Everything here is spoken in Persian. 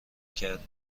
کردم